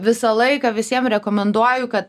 visą laiką visiem rekomenduoju ka